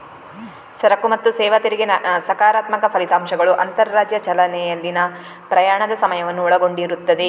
ಸರಕು ಮತ್ತು ಸೇವಾ ತೆರಿಗೆ ಸಕಾರಾತ್ಮಕ ಫಲಿತಾಂಶಗಳು ಅಂತರರಾಜ್ಯ ಚಲನೆಯಲ್ಲಿನ ಪ್ರಯಾಣದ ಸಮಯವನ್ನು ಒಳಗೊಂಡಿರುತ್ತದೆ